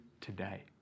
today